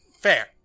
fair